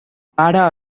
pare